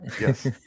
Yes